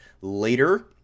later